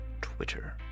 Twitter